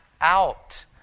out